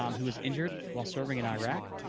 um who was injured while serving in iraq,